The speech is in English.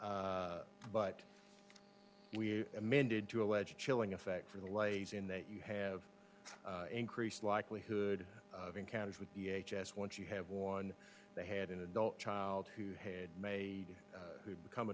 t but we amended to allege chilling effect for the ladies in that you have increased likelihood of encounters with the h s once you have one they had an adult child who hated may who become